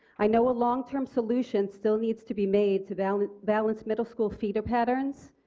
i know a long-term solution still needs to be made to balance balance middle school feeder patterns,